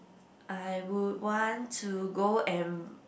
I would want to go and